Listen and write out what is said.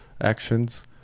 actions